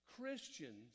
Christians